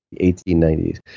1890s